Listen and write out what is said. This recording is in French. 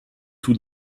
tout